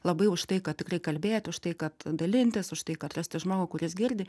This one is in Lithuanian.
labai už tai kad tikrai kalbėt už tai kad dalintis už tai kad rasti žmogų kuris girdi